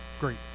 great